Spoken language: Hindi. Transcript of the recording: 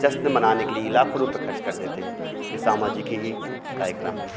जश्न मनाने के लिए लाखों रुपये ख़र्च कर देते हैं यह सामाजिक ही कार्यक्रम है